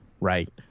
right